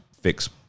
fix